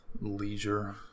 leisure